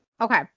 Okay